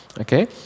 Okay